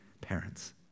parents